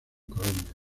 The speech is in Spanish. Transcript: colombia